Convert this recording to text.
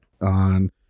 on